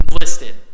listed